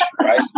right